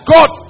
God